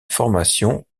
formation